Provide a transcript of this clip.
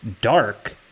dark